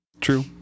true